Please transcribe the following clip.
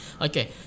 Okay